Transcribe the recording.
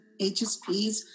HSPs